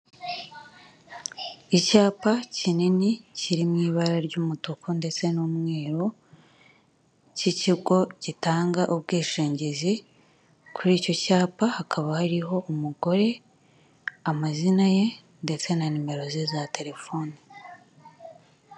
Icyapa kinini kiri mu ibara ry'umutuku ndetse n'umweru cy'ikigo gitanga ubwishingizi, kuri icyo cyapa hakaba hariho umugore, amazina ye ndetse na nimero ze za telefoni.